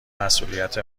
مسئولیت